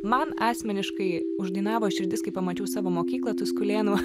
man asmeniškai uždainavo širdis kai pamačiau savo mokyklą tuskulėnų